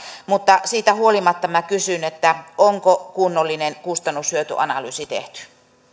mutta siitä huolimatta minä kysyn onko kunnollinen kustannus hyöty analyysi tehty